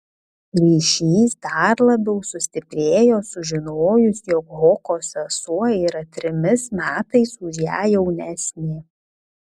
ryšys dar labiau sustiprėjo sužinojus jog hoko sesuo yra trimis metais už ją jaunesnė